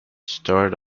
start